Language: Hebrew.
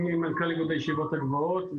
ואני מנכ"ל איגוד הישיבות הגבוהות,